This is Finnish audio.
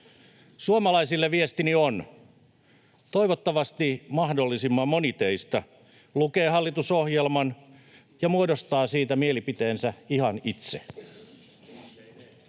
Suomalaisille viestini on: toivottavasti mahdollisimman moni teistä lukee hallitusohjelman ja muodostaa siitä mielipiteensä ihan itse.